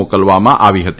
મોકલવામાં આવી હતી